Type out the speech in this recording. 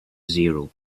zero